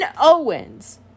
Owens